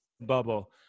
bubble